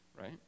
right